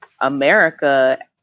America